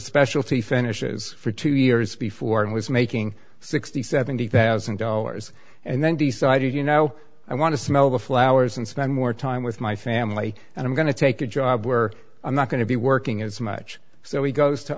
specialty finishes for two years before and was making six million seventy thousand dollars and then decided you know i want to smell the flowers and spend more time with my family and i'm going to take a job where i'm not going to be working as much so he goes to